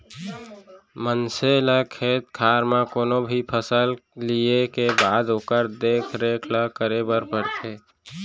मनसे ल खेत खार म कोनो भी फसल लिये के बाद ओकर देख रेख ल करे बर परथे